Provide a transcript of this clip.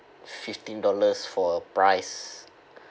fifteen dollars for a price